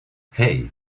hey